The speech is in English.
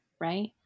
right